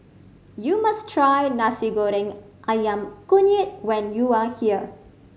you must try Nasi Goreng Ayam Kunyit when you are here